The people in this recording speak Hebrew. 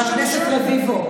חבר הכנסת רביבו,